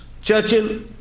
Churchill